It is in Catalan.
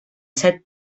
set